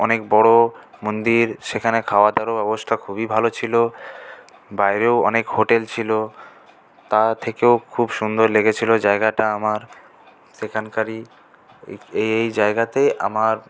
অনেক বড়ো মন্দির সেখানে খাওয়া দাওয়ার ব্যবস্থা খুবই ভালো ছিলো বাইরেও অনেক হোটেল ছিলো তা থেকেও খুব সুন্দর লেগেছিলো জায়গাটা আমার সেখানকারই এই এই জায়গাতে আমার